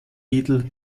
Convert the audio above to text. titel